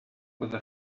with